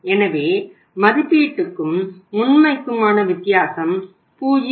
எனவே மதிப்பீட்டுக்கும் உண்மைக்குமான வித்தியாசம் 0